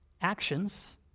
Actions